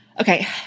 Okay